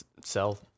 sell